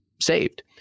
saved